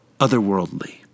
otherworldly